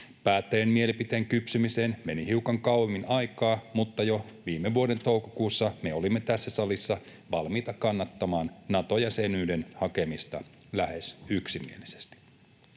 Päättäjien mielipiteen kypsymiseen meni hiukan kauemmin aikaa, mutta jo viime vuoden toukokuussa me olimme tässä salissa valmiita kannattamaan Nato-jäsenyyden hakemista lähes yksimielisesti.